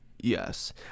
Yes